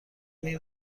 این